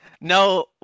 No